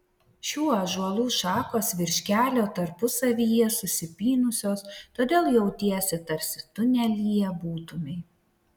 šių ąžuolų šakos virš kelio tarpusavyje susipynusios todėl jautiesi tarsi tunelyje būtumei